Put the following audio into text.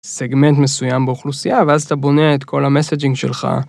סגמנט מסוים באוכלוסייה... ואז אתה בונה את כל המסאג'ינג שלך...